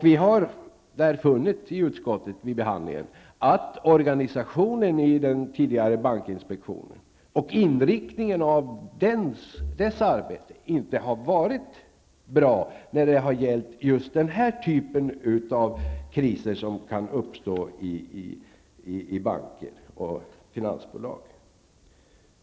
Vi har vid behandlingen i utskottet funnit att organisationen i den tidigare bankinspektionen och inriktningen av dess arbete inte har varit bra när det gällt just den typ av kriser som kan uppstå i banker och finansbolag.